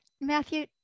Matthew